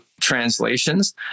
translations